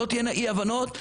שלא תהיינה אי הבנות,